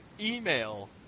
email